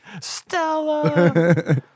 Stella